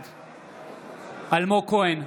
בעד אלמוג כהן,